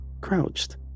crouched